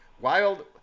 Wild